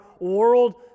world